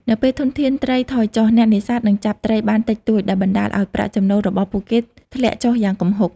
នៅពេលធនធានត្រីថយចុះ អ្នកនេសាទនឹងចាប់ត្រីបានតិចតួច ដែលបណ្ដាលឱ្យប្រាក់ចំណូលរបស់ពួកគេធ្លាក់ចុះយ៉ាងគំហុក។